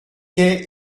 quai